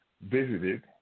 visited